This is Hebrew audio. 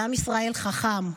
ועם ישראל חכם.